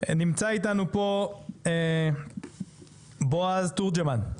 נמצא איתנו פה בועז תורג'מן,